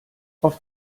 auf